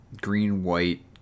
green-white